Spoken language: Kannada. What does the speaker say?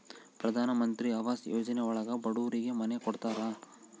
ಪ್ರಧನಮಂತ್ರಿ ಆವಾಸ್ ಯೋಜನೆ ಒಳಗ ಬಡೂರಿಗೆ ಮನೆ ಕೊಡ್ತಾರ